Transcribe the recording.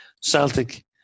Celtic